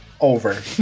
Over